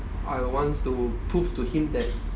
I wants to prove to him that